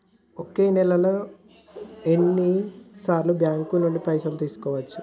ఒక నెలలో ఎన్ని సార్లు బ్యాంకుల నుండి పైసలు తీసుకోవచ్చు?